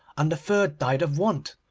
and a third died of want.